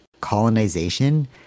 colonization